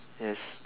yes